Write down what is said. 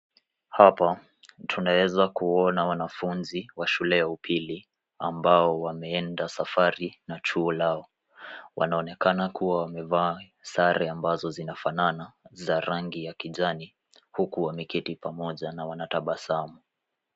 Hapa tunaweza kuona wanafunzi wa shule ya upili ambao wameenda safari na chuo lao. Wanaonekana kuwa wamevaa sare ambazo zinafanana za rangi ya kijani huku wameketi pamoja na wanatabasamu.